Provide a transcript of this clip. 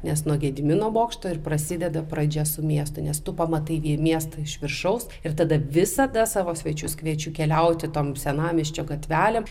nes nuo gedimino bokšto ir prasideda pradžia su miestu nes tu pamatai vi miestą iš viršaus ir tada visada savo svečius kviečiu keliauti tom senamiesčio gatvelėm